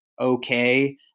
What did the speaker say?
okay